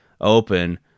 open